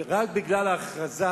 ורק בגלל ההכרזה,